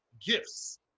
gifts